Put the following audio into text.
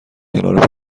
کنار